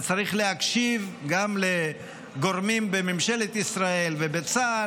וצריך להקשיב גם לגורמים בממשלת ישראל ובצה"ל,